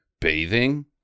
bathing